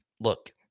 look